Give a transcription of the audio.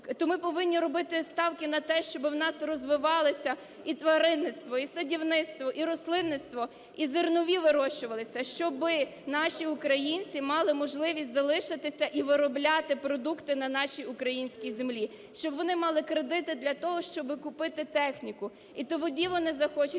то ми повинні робити ставки на те, щоби в нас розвивалося і тваринництво і садівництво, і рослинництво, і зернові вирощувалися, щоби наші українці мали можливість залишитися і виробляти продукти на нашій українській землі, щоб вони мали кредити для того, щоби купити техніку. І тоді вони захочуть